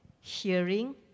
hearing